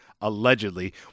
Allegedly